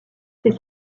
ses